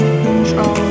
control